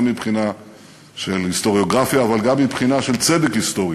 גם מבחינה של היסטוריוגרפיה אבל גם מבחינה של צדק היסטורי,